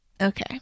Okay